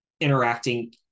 interacting